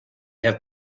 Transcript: have